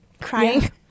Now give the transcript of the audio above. Crying